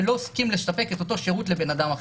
ולא הסכים לספק אותו שירות לאדם אחר.